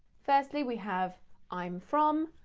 firstly we have i'm from,